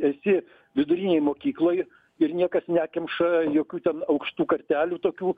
esi vidurinėj mokykloj ir niekas nekemša jokių ten aukštų kartelių tokių